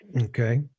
Okay